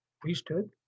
priesthood